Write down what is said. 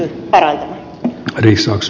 ärade talman